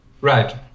Right